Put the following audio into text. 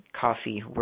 coffee